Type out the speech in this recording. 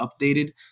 updated